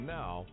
now